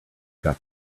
got